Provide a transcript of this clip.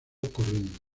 corriendo